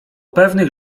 pewnych